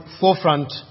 forefront